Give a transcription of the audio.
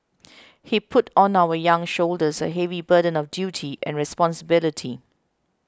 he put on our young shoulders a heavy burden of duty and responsibility